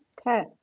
Okay